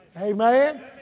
Amen